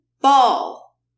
ball